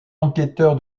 enquêteur